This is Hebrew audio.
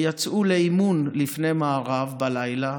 הם יצאו לאימון לפני מארב בלילה,